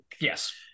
Yes